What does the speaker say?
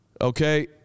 Okay